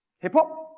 hip hop?